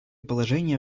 положения